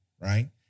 right